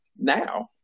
now